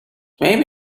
butmaybe